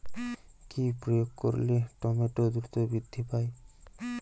কি প্রয়োগ করলে টমেটো দ্রুত বৃদ্ধি পায়?